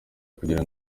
kugira